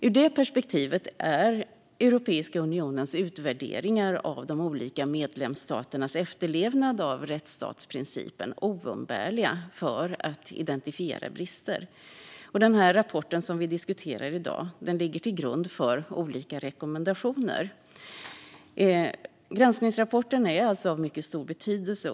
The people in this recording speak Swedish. Ur det perspektivet är Europeiska unionens utvärderingar av de olika medlemsstaternas efterlevnad av rättsstatsprincipen oumbärliga för att identifiera brister. Den rapport som vi diskuterar i dag ligger till grund för olika rekommendationer. Granskningsrapporten är alltså av mycket stor betydelse.